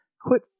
Quit